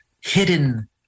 hidden